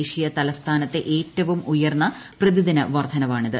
ദേശീയ തലസ്ഥാനത്തെ ഏറ്റവും ഉയർന്ന പ്രതിദിന വർദ്ധനവാണിത്